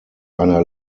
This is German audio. einer